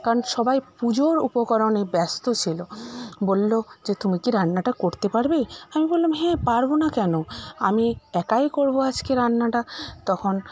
কারণ সবাই পুজোর উপকরণে ব্যস্ত ছিল বললো যে তুমি কি রান্নাটা করতে পারবে আমি বললাম হ্যাঁ পারবো না কেন আমি একাই করবো আজকে রান্নাটা তখন